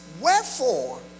Wherefore